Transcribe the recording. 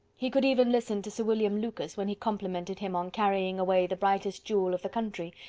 he could even listen to sir william lucas, when he complimented him on carrying away the brightest jewel of the country,